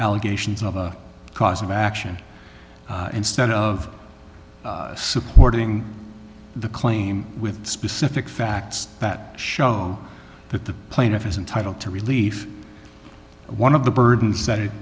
allegations of a cause of action instead of supporting the claim with specific facts that show that the plaintiff is entitled to relief one of the burdens that it